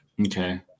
Okay